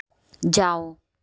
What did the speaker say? जाओ